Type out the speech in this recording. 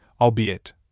albeit